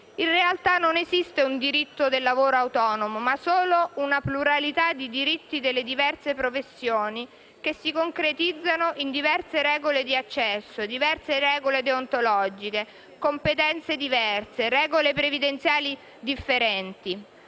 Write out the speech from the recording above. In realtà non esiste un diritto del lavoro autonomo, ma solo una pluralità di diritti delle diverse professioni che si concretizzano in diverse regole di accesso, diverse regole deontologiche, competenze diverse, regole previdenziali differenti.